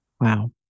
Wow